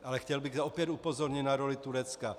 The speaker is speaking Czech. Ale chtěl bych opět upozornit na roli Turecka.